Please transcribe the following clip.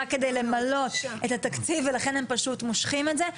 רק כדי למלא את התקציב ולכן הם פשוט מושכים את זה.